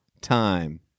time